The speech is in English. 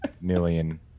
million